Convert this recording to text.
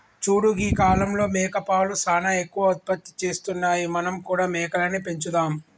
చూడు గీ కాలంలో మేకపాలు సానా ఎక్కువ ఉత్పత్తి చేస్తున్నాయి మనం కూడా మేకలని పెంచుదాం